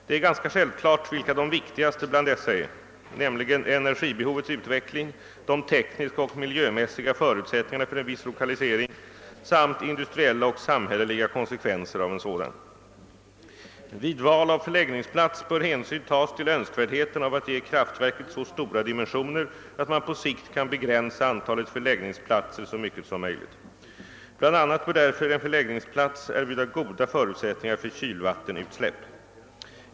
Det är ganska självklart vilka de viktigaste bland dessa är, nämligen energibehovets utveckling, de tekniska och miljömässiga förutsättningarna för en viss lokalisering samt industriella och samhälleliga konsekvenser av en sådan. Vid val av förläggningsplats bör hänsyn tas till önskvärdheten av att ge kraftverket så stora dimensioner att man på sikt kan begränsa antalet förläggningsplatser så mycket som möjligt. Bland annat därför bör en förläggningsplats erbjuda goda förutsättningar för kylvattenutsläpp.